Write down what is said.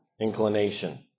inclination